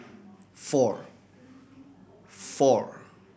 four